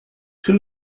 two